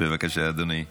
בבקשה, אדוני.